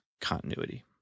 continuity